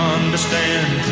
understand